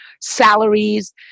salaries